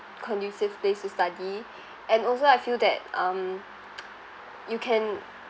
conducive place to study and also I feel that um you can